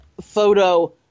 photo